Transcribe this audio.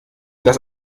das